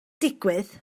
digwydd